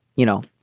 you know,